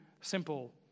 simple